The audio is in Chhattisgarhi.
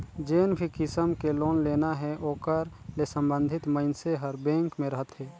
जेन भी किसम के लोन लेना हे ओकर ले संबंधित मइनसे हर बेंक में रहथे